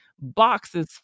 boxes